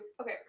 Okay